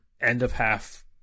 end-of-half